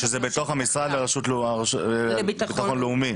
שזה בתוך המשרד לביטחון לאומי.